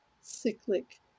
cyclic